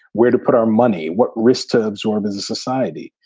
where to put our money, what risk to absorb as a society?